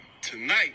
tonight